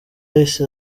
yahise